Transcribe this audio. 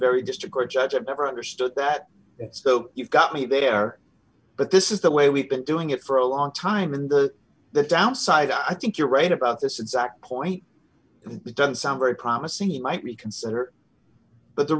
very district court judge i've never understood that so you've got me there but this is the way we've been doing it for a long time in the downside i think you're right about this exact point it doesn't sound very promising he might reconsider but the